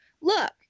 look